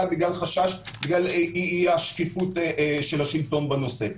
בגלל אי השקיפות של השלטון בנושא הזה.